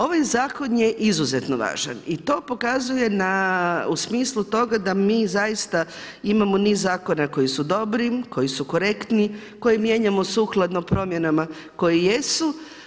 Ovaj zakon je izuzetno važan i to pokazuje u smislu toga da mi zaista imamo niz zakona koji su dobri, koji su korektni, koje mijenjamo sukladno promjenama koji jesu.